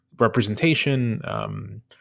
representation